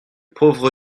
pauvre